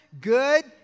good